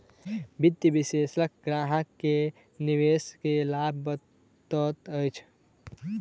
वित्तीय विशेलषक ग्राहक के निवेश के लाभ बतबैत अछि